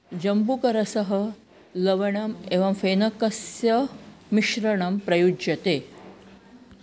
जम्बुकरसः लवणम् एवं फेनकस्य मिश्रणं प्रयुज्यते